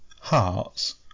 Hearts